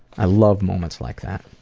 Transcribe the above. i love moments like that.